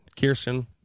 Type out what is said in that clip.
Kirsten